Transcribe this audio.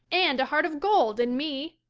and a heart of gold in me.